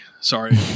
sorry